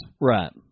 Right